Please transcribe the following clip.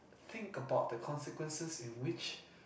think about the consequences in which